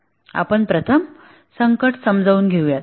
आपण प्रथम संकट समजून घेऊ या